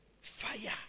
Fire